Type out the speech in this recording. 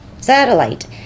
satellite